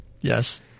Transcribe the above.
Yes